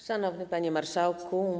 Szanowny Panie Marszałku!